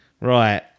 Right